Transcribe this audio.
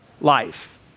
Life